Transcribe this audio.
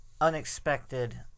Unexpected